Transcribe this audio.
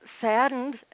saddened